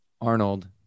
Arnold